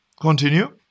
Continue